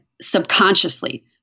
subconsciously